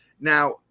Now